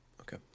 okay